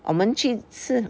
我们去吃